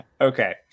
Okay